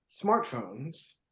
smartphones